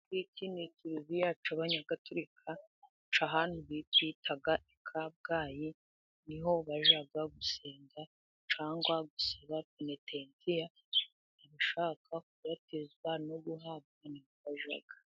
Iki ni ikiriziya cy'abanyagatulika cy' ahantu bita i Kabgayi. Niho bajya gusenga cyangwa gusaba penetensiya, abashaka kubatizwa no guhabwa niho bajya.